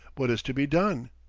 what is to be done?